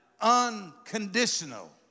unconditional